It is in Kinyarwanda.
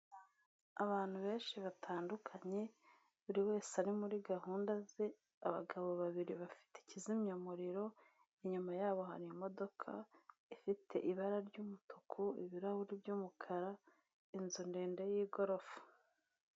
Abantu benshi batandukanye buri wese ari muri gahunda ze abagabo babiri bafite ikizimyamuriro inyuma yabo hari imodoka ifite ibara ry'umutuku ibirahuri by'umukara inzu ndende y'igorofa.